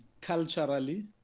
culturally